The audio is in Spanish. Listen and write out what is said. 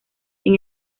sin